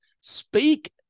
Speak